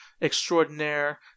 extraordinaire